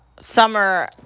summer